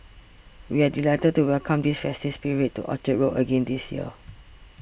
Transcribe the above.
we are delighted to welcome the festive spirit to Orchard Road again this year